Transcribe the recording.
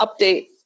update